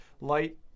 Light